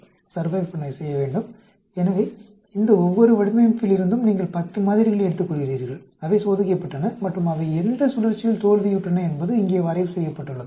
எனவே இந்த ஒவ்வொரு வடிவமைப்பிலிருந்தும் நீங்கள் 10 மாதிரிகளை எடுத்துக்கொள்கிறீர்கள் அவை சோதிக்கப்பட்டன மற்றும் அவை எந்த சுழற்சியில் தோல்வியுற்றன என்பது இங்கே வரைவு செய்யப்பட்டுள்ளது